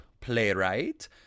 playwright